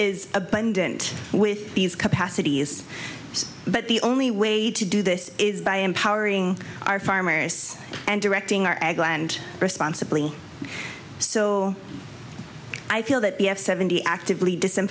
is abundant with these capacities but the only way to do this is by empowering our farmers and directing our egland responsibly so i feel that if seventy actively d